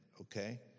okay